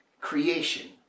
creation